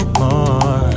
more